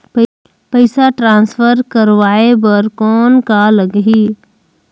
पइसा ट्रांसफर करवाय बर कौन का लगही?